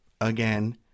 again